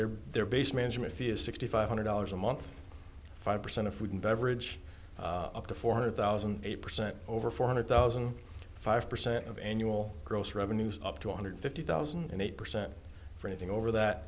they're there based management fee is sixty five hundred dollars a month five percent of food and beverage up to four hundred thousand a percent over four hundred thousand five percent of annual gross revenues up to one hundred fifty thousand and eight percent for anything over that